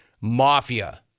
MAFIA